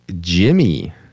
Jimmy